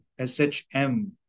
SHM